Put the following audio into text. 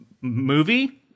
movie